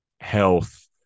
health